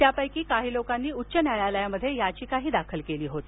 त्यापैकी काही लोकांनी उच्च न्यायालयात याचिका दाखल केली होती